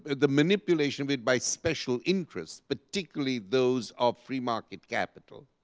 the manipulation of it by special interests, particularly those of free market capital